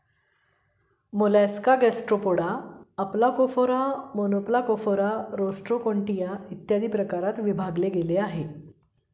Mollusca Gastropoda, Aplacophora, Monoplacophora, Rostroconchia, इत्यादी प्रकारात विभागले गेले आहे